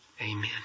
Amen